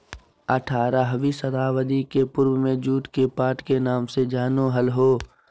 आठारहवीं शताब्दी के पूर्व में जुट के पाट के नाम से जानो हल्हो